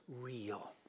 real